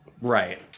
Right